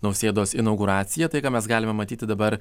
nausėdos inauguraciją tai ką mes galime matyti dabar